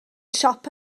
siop